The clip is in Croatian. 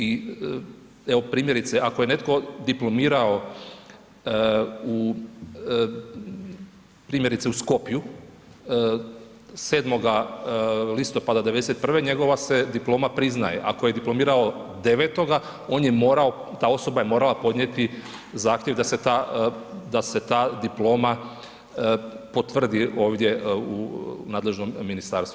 I evo primjerice ako je netko diplomirao u primjerice u Skopju 7. listopada '91. njegova se diploma priznaje, ako je diplomirao 9.-toga on je morao, ta osoba je morala podnijeti zahtjev da se ta diploma potvrdi ovdje u nadležnom ministarstvu.